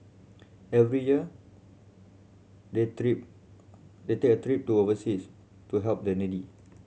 every year they take a trip to overseas to help the needy